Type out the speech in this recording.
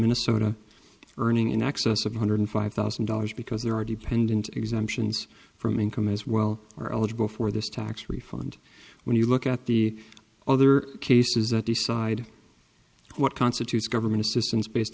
minnesota earning in excess of two hundred five thousand dollars because there are dependent exemptions from income as well are eligible for this tax refund when you look at the other cases that decide what constitutes government assistance based